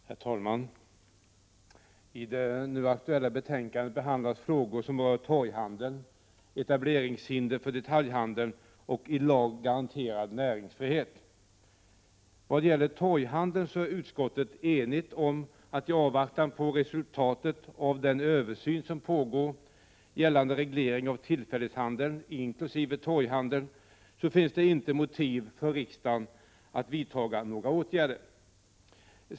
Herr talman! I det nu aktuella betänkandet behandlas frågor som rör torghandeln, etableringshinder för detaljhandeln och i lag garanterad näringsfrihet. Vad gäller torghandeln är utskottet enigt om att i avvaktan på resultatet av den översyn som pågår av gällande reglering av tillfällighetshandeln, inkl. torghandeln, finns det inte motiv för riksdagen att vidta några åtgärder.